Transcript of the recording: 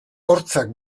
hortzak